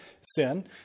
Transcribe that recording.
sin